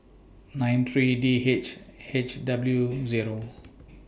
nine three D H H W Zero